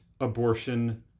abortion